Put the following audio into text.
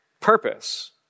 purpose